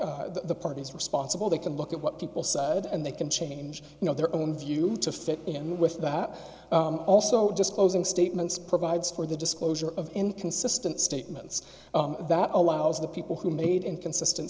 the parties responsible they can look at what people side and they can change you know their own view to fit in with that also just closing statements provides for the disclosure of inconsistent statements that allows the people who made inconsistent